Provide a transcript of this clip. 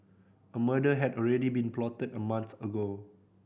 a murder had already been plotted a month ago